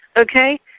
Okay